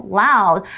loud